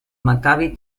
maccabi